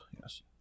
Yes